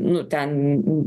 nu ten